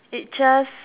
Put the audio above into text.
it just